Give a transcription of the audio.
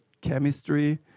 chemistry